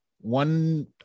one